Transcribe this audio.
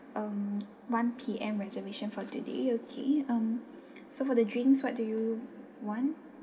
um one P_M reservation for today okay um so for the drinks what do you want